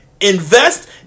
invest